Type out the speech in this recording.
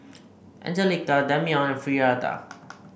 Anjelica Dameon and Frieda